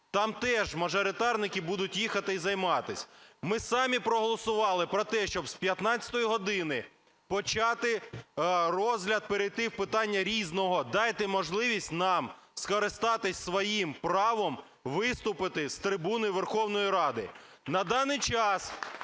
Там теж мажоритарники будуть їхати і займатись. Ми самі проголосували про те, щоб з 15 години почати розгляд, перейти в питання "Різного". Дайте можливість нам скористатись своїм правом виступити з трибуни Верховної Ради. На даний час